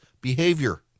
behavior